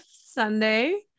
Sunday